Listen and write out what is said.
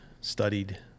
studied